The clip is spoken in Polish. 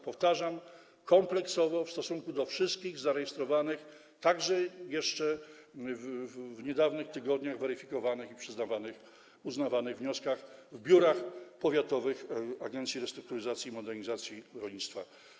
Powtarzam: kompleksowo, w stosunku do wszystkich zarejestrowanych, także jeszcze w niedawnych tygodniach weryfikowanych i uznawanych wniosków, w biurach powiatowych Agencji Restrukturyzacji i Modernizacji Rolnictwa.